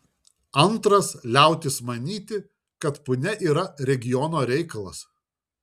antras liautis manyti kad punia yra regiono reikalas